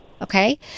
Okay